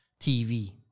TV